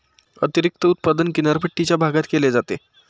अतिरिक्त उत्पादन किनारपट्टीच्या भागात केले जाते